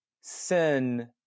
sin